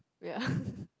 ya